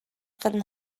kan